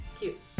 cute